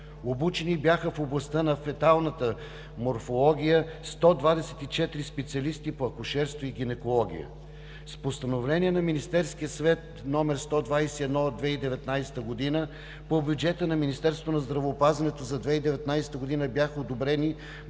Обучени бяха в областта на феталната морфология – 124 специалисти по акушерство и гинекология. С Постановление на Министерския съвет № 121 от 2019 г. по бюджета на Министерството на здравеопазването за 2019 г. бяха одобрени допълнителни